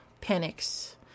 panics